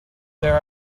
there